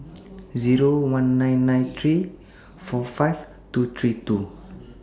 Zero one nine nine three four five two three two